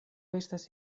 estas